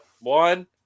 One